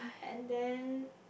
and then